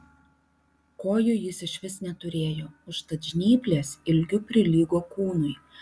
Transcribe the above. kojų jis išvis neturėjo užtat žnyplės ilgiu prilygo kūnui